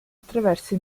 attraverso